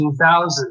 2000